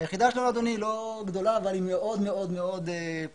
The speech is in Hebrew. היחידה שלנו היא לא גדולה אבל היא מאוד מאוד מאוד פעילה.